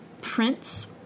prints